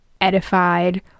edified